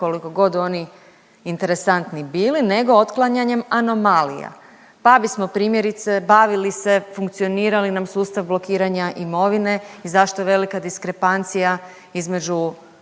koliko god oni interesantni bili, nego otklanjanjem anomalija. Pa bismo primjerice bavili se funkcionira li nam sustav blokiranja imovine i zašto velika diskrepancija između